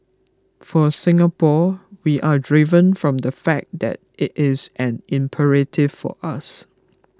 for Singapore we are driven from the fact that it is an imperative for us